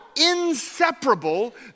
inseparable